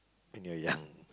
when you're young